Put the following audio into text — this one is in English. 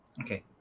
okay